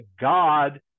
God